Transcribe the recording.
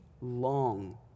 long